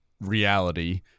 reality